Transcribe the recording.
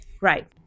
Right